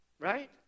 right